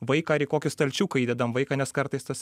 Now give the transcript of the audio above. vaiką ar į kokį stalčiuką įdedam vaiką nes kartais tas